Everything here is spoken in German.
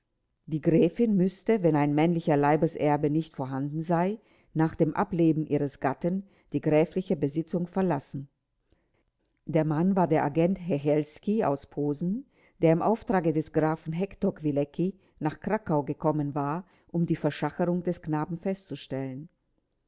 die gräfin müßte wenn ein männlicher leibeserbe nicht vorhanden sei nach dem ableben ihres gatten die gräfliche besitzung verlassen der mann war der agent hechelski aus posen der im auftrage des grafen hektor kwilecki nach krakau gekommen war um die verschacherung des knaben festzustellen